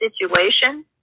situation